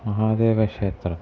महादेवक्षेत्रम्